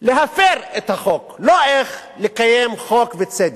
להפר את החוק, לא איך לקיים חוק וצדק.